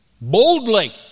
boldly